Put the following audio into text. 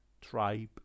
tribe